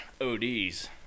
ODs